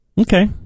Okay